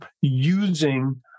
using